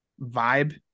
vibe